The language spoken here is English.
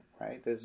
right